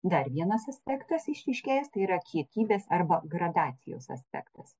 dar vienas aspektas išryškėjęs tai yra kiekybės arba gradacijos aspektas